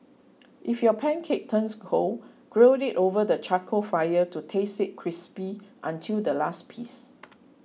if your pancake turns cold grill it over the charcoal fire to taste it crispy until the last piece